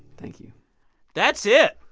thank you that's it.